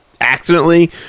accidentally